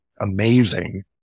amazing